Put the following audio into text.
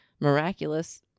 miraculous